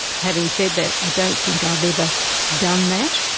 having said that, i don't think i've ever done that,